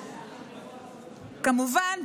כמובן,